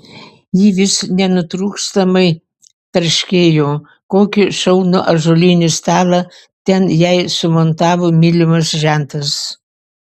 ji vis nenutrūkstamai tarškėjo kokį šaunų ąžuolinį stalą ten jai sumontavo mylimas žentas